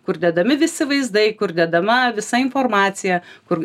kur dedami visi vaizdai kur dedama visa informacija kur